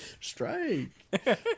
Strike